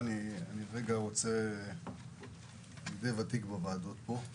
אני די ותיק בוועדות פה,